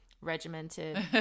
regimented